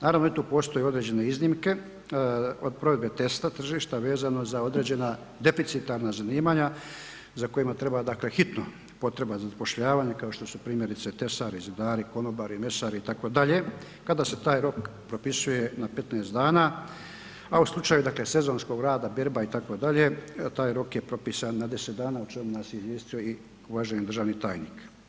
Naravno da tu postoje određene iznimke od provedbe testa tržišta vezano za određena deficitarna zanimanja za kojima treba hitno potreba zapošljavanja kao što su primjerice tesari, zidari, konobari, mesari itd. kada se taj rok propisuje na 15 dana, a u slučaju sezonskog rada berba itd. taj rok je propisan na 10 dana o čemu nas je izvijestio i uvaženi državni tajnik.